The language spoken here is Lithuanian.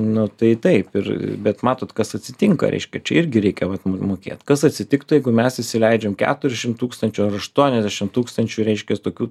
nu tai taip ir bet matot kas atsitinka reiškia čia irgi reikia vat mokėt kas atsitiktų jeigu mes įsileidžiam keturi šim tūkstančių ar aštuoniasdešim tūkstančių reiškias tokių